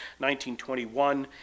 1921